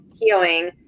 Healing